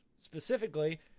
specifically